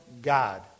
God